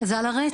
- זה על הרצף,